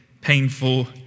painful